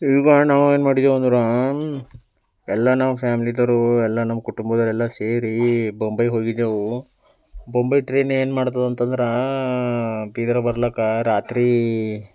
ಈಗ ನಾವೇನು ಮಾಡಿದೇವಂದ್ರೆ ಎಲ್ಲ ನಾವು ಫ್ಯಾಮಿಲಿಯೋರು ಎಲ್ಲ ನಮ್ಮ ಕುಟುಂಬದವರೆಲ್ಲ ಸೇರಿ ಮುಂಬೈ ಹೋಗಿದ್ದೆವು ಮುಂಬೈ ಟ್ರೈನ್ ಏನು ಮಾಡ್ತದಂತಂದ್ರೆ ಬೀದರ್ ಬರ್ಲಿಕ್ಕೆ ರಾತ್ರಿ